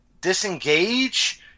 disengage